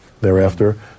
thereafter